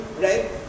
Right